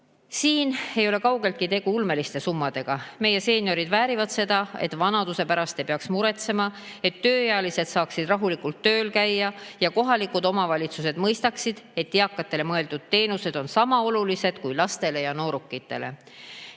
Siin ei ole kaugeltki tegu ulmeliste summadega. Meie seeniorid väärivad seda, et vanaduse pärast ei peaks muretsema, et tööealised saaksid rahulikult tööl käia ja kohalikud omavalitsused mõistaksid, et eakatele mõeldud teenused on sama olulised kui lastele ja noorukitele